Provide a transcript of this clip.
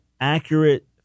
accurate